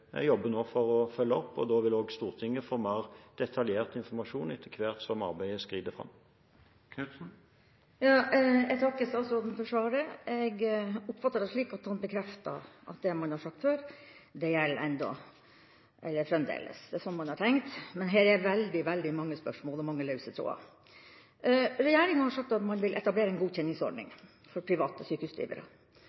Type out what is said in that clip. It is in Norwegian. jobber for å følge opp. Da vil også Stortinget få mer detaljert informasjon, etter hvert som arbeidet skrider frem. Jeg takker statsråden for svaret. Jeg oppfatter det slik at han bekreftet at det man har sagt før, gjelder fremdeles. Det er sånn man har tenkt. Men det er veldig mange spørsmål og mange løse tråder. Regjeringa har sagt at man vil etablere en godkjenningsordning